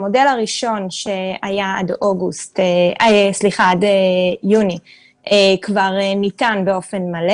המודל הראשון שהיה עד יוני כבר ניתן באופן מלא.